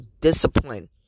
discipline